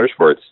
Motorsports